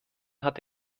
hat